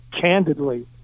candidly